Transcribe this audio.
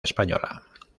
española